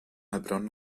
heilbronn